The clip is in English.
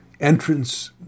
entrance